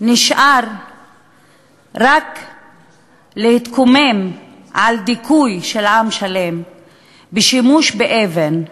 נשאר רק להתקומם על דיכוי של עם שלם בשימוש באבן,